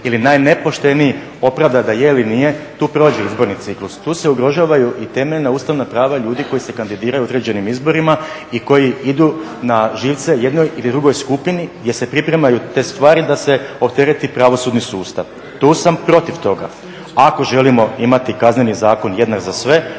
ili najnepošteniji opravda da je ili nije tu prođe izborni ciklus. Tu se ugrožavaju i temeljna ustavna prava ljudi koji se kandidiraju na određenim izborima i koji idu na živce jednoj ili drugoj skupini gdje se pripremaju te stvari da se otereti pravosudni sustav. Tu sam protiv toga. Ako želimo imati Kazneni zakon jednak za sve